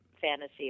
fantasy